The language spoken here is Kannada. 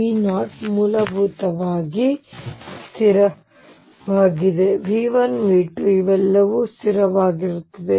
V0 ಮೂಲಭೂತವಾಗಿ ಸ್ಥಿರವಾಗಿದೆ ಮತ್ತು V1 V2 ಇವೆಲ್ಲವೂ ಸ್ಥಿರವಾಗಿರುತ್ತವೆ